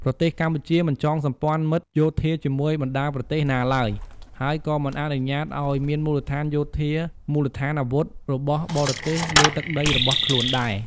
ប្រទេសកម្ពុជាមិនចងសម្ព័ន្ធមិត្តយោធាជាមួយប្រទេសណាឡើយ ហើយក៏មិនអនុញ្ញាតឱ្យ មានមូលដ្ឋានយោធាមូលដ្ឋានអាវុធរបស់បរទេសលើទឹកដីរបស់ខ្លួនដែរ។